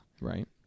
Right